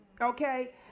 Okay